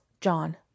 John